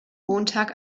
montag